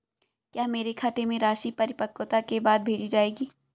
क्या मेरे खाते में राशि परिपक्वता के बाद भेजी जाएगी?